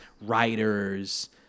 writers